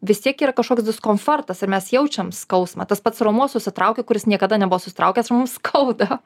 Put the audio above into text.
vis tiek yra kažkoks diskomfortas ir mes jaučiam skausmą tas pats raumuo susitraukia kuris niekada nebuvo susitraukęs ir mum skauda